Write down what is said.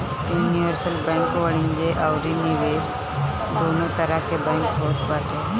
universal bank वाणिज्य अउरी निवेश दूनो तरह के बैंक होत बाटे